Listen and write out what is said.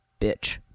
Bitch